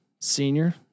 senior